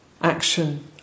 action